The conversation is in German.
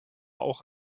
auch